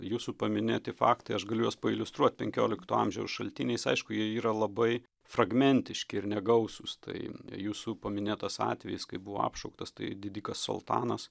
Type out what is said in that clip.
jūsų paminėti faktai aš galiu juos pailiustruot penkiolikto amžiaus šaltiniais aišku jie yra labai fragmentiški ir negausūs tai jūsų paminėtas atvejis kai buvo apšauktas tai didikas soltanas